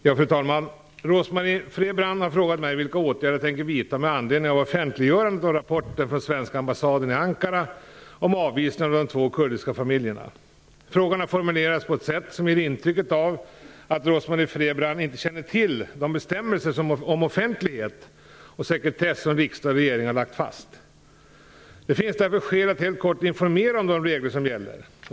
Fru talman! Rose-Marie Frebran har frågat mig vilka åtgärder jag tänker vidta med anledning av offentliggörandet av rapporten från svenska ambassaden i Ankara om avvisningen av de två kurdiska familjerna. Frågan har formulerats på ett sätt som ger ett intryck av att Rose-Marie Frebran inte känner till de bestämmelser om offentlighet och sekretess som riksdag och regering har lagt fast. Det finns därför skäl att helt kort informera om de regler som gäller.